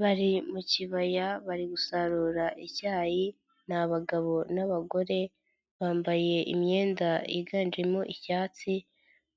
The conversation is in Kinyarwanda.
Bari mu kibaya bari gusarura icyayi ni abagabo n'abagore, bambaye imyenda yiganjemo icyatsi